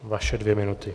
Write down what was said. Vaše dvě minuty.